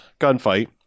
gunfight